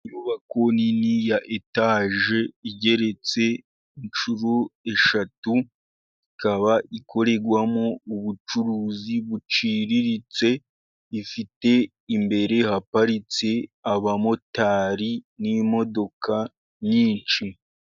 Inyubako nini ya etaje igeretse inshuro eshatu. Ikaba ikorerwamo ubucuruzi buciriritse. Ifite imbere haparitse abamotari n'imodoka nyinshi.